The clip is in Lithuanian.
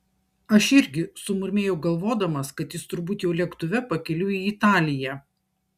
aš irgi sumurmėjau galvodamas kad jis turbūt jau lėktuve pakeliui į italiją